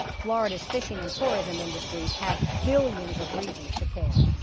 florida's fishing and tourism industries have billions of reasons to care.